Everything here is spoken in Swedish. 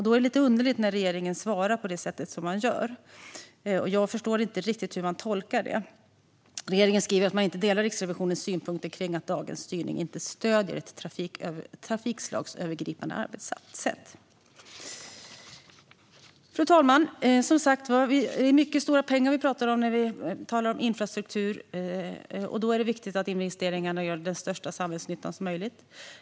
Då är det lite underligt att regeringen svarar på det sätt man gör. Jag förstår inte riktigt hur jag ska tolka det. Regeringen skriver att man inte delar Riksrevisionens synpunkt kring att dagens styrning inte stöder trafikslagsövergripande arbetssätt. Fru talman! Det är som sagt var mycket stora pengar vi talar om när det gäller infrastruktur, och då är det viktigt att investeringarna gör så stor samhällsnytta som möjligt.